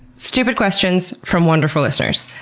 stupid questions from wonderful listeners.